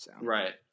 Right